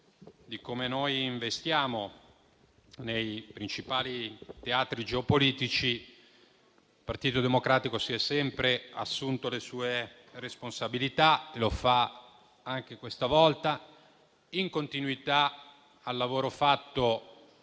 di come noi investiamo nei principali teatri geopolitici, il Partito Democratico si è sempre assunto le sue responsabilità e lo fa anche questa volta, in continuità con il lavoro fatto